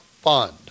fund